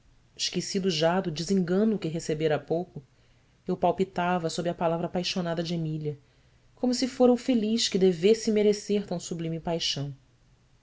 já do desengano que recebera há pouco eu palpitava sob a palavra apaixonada de emília como se fora o feliz que devesse merecer tão sublime paixão